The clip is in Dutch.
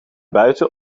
buiten